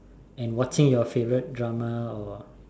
and watching your favourite drama or